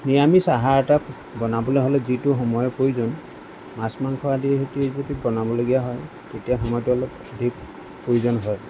নিৰামিষ আহাৰ এটাত বনাবলৈ হ'লে যিটো সময়ৰ প্ৰয়োজন মাছ মাংস আদিৰ সৈতে যদি বনাবলগীয়া হয় তেতিয়া সময়টো অলপ অধিক প্ৰয়োজন হয়